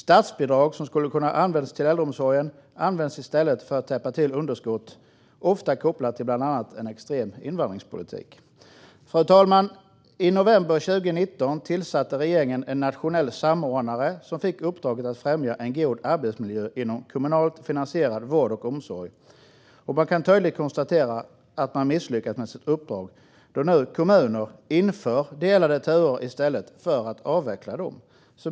Statsbidrag som skulle kunna användas till äldreomsorgen används i stället för att täppa till underskott, ofta kopplat till bland annat en extrem invandringspolitik. Fru talman! I november 2019 tillsatte regeringen en nationell samordnare som fick uppdraget att främja en god arbetsmiljö inom kommunalt finansierad vård och omsorg. Man kan tydligt konstatera att man misslyckats med sitt uppdrag då kommuner nu inför delade turer i stället för att avveckla dem.